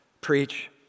preach